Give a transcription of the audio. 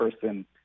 person